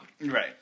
Right